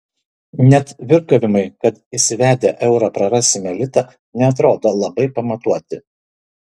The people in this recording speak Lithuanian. net virkavimai kad įsivedę eurą prarasime litą neatrodo labai pamatuoti